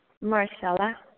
Marcella